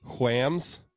whams